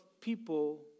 people